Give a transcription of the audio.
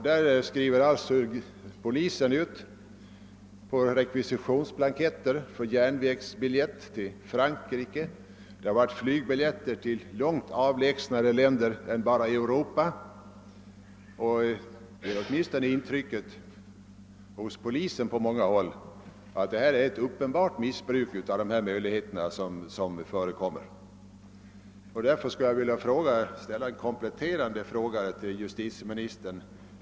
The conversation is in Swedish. Då skriver vederbörande polisman ut en rekvisition på en järnvägsbiljett exempelvis till Frankrike. Det har också förekommit att man skrivit ut flygbiljetter till länder utanför Europa. Det är ett intryck hos polisen på amnånga håll att det sker ett uppenbart missbruk av möjligheterna därvidlag. Därför vill jag ställa en kompletterande fråga till justitieministern.